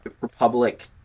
republic